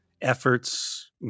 Efforts